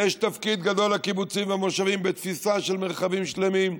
יש תפקיד גדול לקיבוצים ולמושבים בתפיסה של מרחבים שלמים,